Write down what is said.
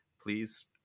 please